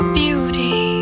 beauty